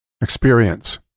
experience